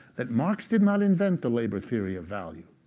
that marx did not invent the labor theory of value.